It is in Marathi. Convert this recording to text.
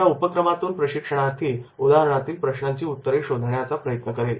या उपक्रमांमधून प्रशिक्षणार्थी उदाहरणातील प्रश्नांची उत्तरे शोधण्याचा प्रयत्न करेल